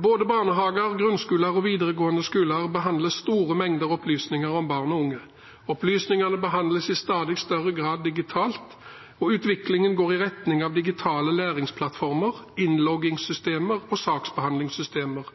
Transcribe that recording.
Både barnehager, grunnskoler og videregående skoler behandler store mengder opplysninger om barn og unge. Opplysningene behandles i stadig større grad digitalt. Utviklingen går i retning av digitale læringsplattformer, innloggingssystemer og saksbehandlingssystemer,